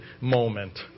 moment